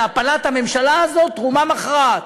להפלת הממשלה הזאת תרומה מכרעת.